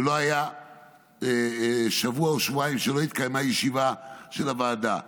ולא היה שבוע או שבועיים שלא התקיימה ישיבה של הוועדה,